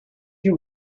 you